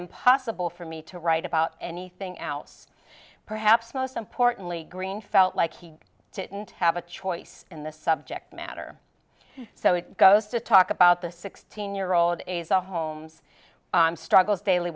impossible for me to write about anything out perhaps most importantly green felt like he didn't have a choice in the subject matter so it goes to talk about the sixteen year old days the homes struggles daily